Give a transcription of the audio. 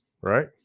right